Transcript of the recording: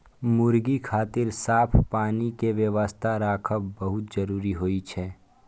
मुर्गी खातिर साफ पानी के व्यवस्था राखब बहुत जरूरी होइ छै